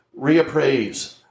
reappraise